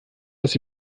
dass